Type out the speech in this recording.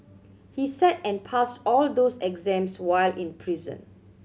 he sat and passed all those exams while in prison